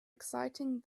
exciting